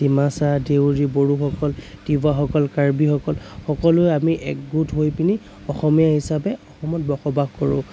ডিমাছা দেউৰী বড়োসকল তিৱাসকল কাৰ্বিসকল সকলোৱে আমি একগোট হৈ পিনি অসমীয়া হিচাপে অসমত বসবাস কৰোঁ